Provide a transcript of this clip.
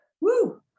Woo